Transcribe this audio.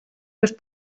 los